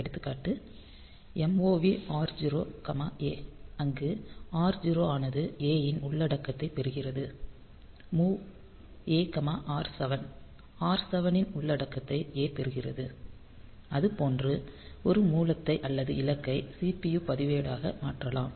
எடுத்துக்காட்டு MOV R0 A அங்கு R0 ஆனது A இன் உள்ளடக்கத்தைப் பெறுகிறது MOV A R7 R7 இன் உள்ளடக்கத்தை A பெறுகிறது அதுபோன்று ஒரு மூலத்தை அல்லது இலக்கை CPU பதிவேடாக மாற்றலாம்